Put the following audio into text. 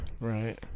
right